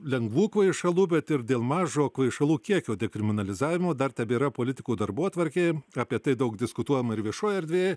lengvų kvaišalų bet ir dėl mažo kvaišalų kiekio dekriminalizavimo dar tebėra politikų darbotvarkėj apie tai daug diskutuojama ir viešojoj erdvėj